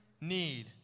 need